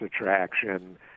attraction